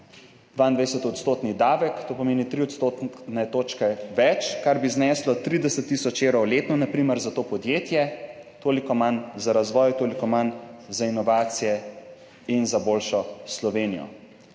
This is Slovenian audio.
22-odstotni davek, to pomeni tri odstotne točke več, kar bi zneslo na primer 30 tisoč evrov letno za to podjetje. Toliko manj za razvoj, toliko manj za inovacije in za boljšo Slovenijo.